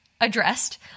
addressed